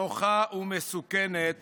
נוחה ומסוכנת